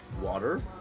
water